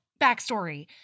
backstory